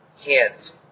Hands